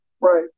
Right